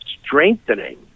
strengthening